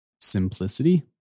simplicity